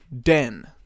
Den